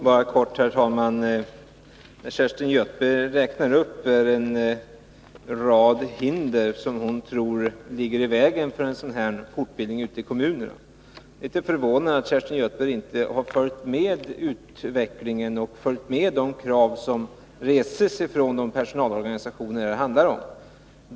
Herr talman! Jag skall fatta mig mycket kort. Kerstin Göthberg räknar upp en rad hinder, som hon tror ligger i vägen för en sådan här fortbildning ute i kommunerna. Jag är litet förvånad över att Kerstin Göthberg inte följt med i utvecklingen och tagit del av de krav som reses från de personalorganisationer som det här handlar om.